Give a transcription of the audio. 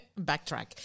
backtrack